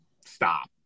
stop